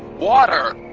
water!